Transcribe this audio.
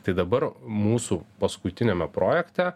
tai dabar mūsų paskutiniame projekte